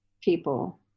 people